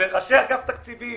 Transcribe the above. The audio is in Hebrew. וראשי אגף תקציבים